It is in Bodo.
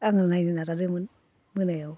आङो नायनो नाजादोंमोन मोनायाव